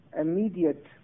immediate